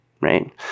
Right